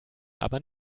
aber